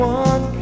one